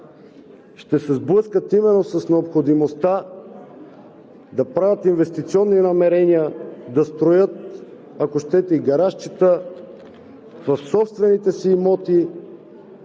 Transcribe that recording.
ще се сблъскат именно с необходимостта да правят инвестиционни намерения – да строят, ако щете, и гаражчета в собствените си имоти,